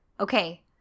Okay